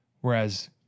Whereas